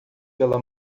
pela